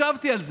חשבתי על זה,